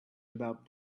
about